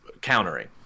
countering